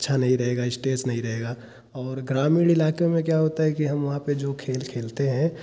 अच्छा नहीं रहेगा इस्ट्रेस नहीं रहेगा और ग्रामीण इलाकों में क्या होता है की हम वहाँ पर जो खेल खेलते हैं